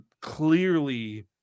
clearly